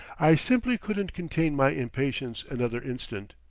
i simply couldn't contain my impatience another instant.